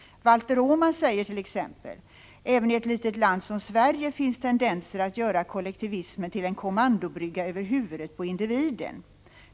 Valter Åman säger t.ex.: ”Även i ett litet land som Sverige finns tendenser att göra kollektivismen tillen kommandobrygga över huvudet på individen.